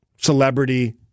celebrity